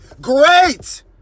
Great